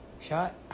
Shot